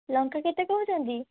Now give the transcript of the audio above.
ଲଙ୍କା କେତେ କହୁଛନ୍ତି